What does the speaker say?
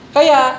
Kaya